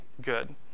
good